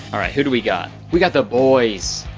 all right. who do we got? we got the boys.